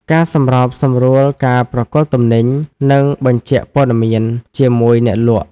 ការសម្របសម្រួលការប្រគល់ទំនិញ និងបញ្ជាក់ព័ត៌មាន ជាមួយអ្នកលក់។